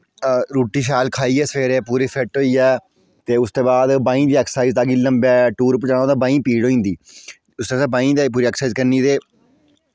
रुट्टी शैल खाइयै सवेरे पूरी फिट्ट होइयै ते उस दे बाद बाहीं दी ऐक्सरसाइज तां कि लम्बै टूर उप्पर जाना होऐ तां बाहीं पीड़ होई जंदी उस्सै स्हाबै बाहीं दी पूरी ऐक्सरसाइज करनी ते